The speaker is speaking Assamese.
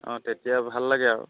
অঁ তেতিয়া ভাল লাগে আৰু